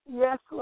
yes